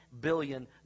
billion